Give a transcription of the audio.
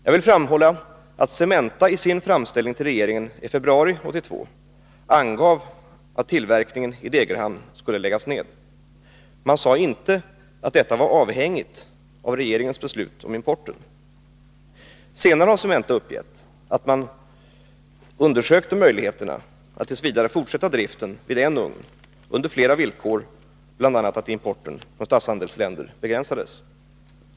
Jag vill framhålla att Cementa i sin framställning till regeringen i februari 1982 angav att tillverkningen i Degerhamn skulle läggas ned. Man sade inte att detta var avhängigt av regeringens beslut om importen. Senare har Cementa uppgett att man undersökte möjligheterna att t. v. fortsätta driften vid en ugn, under flera villkor, bl.a. att importen från statshandelsländer begränsades.